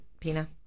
Pina